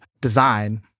design